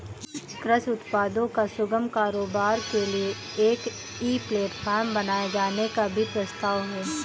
कृषि उत्पादों का सुगम कारोबार के लिए एक ई प्लेटफॉर्म बनाए जाने का भी प्रस्ताव है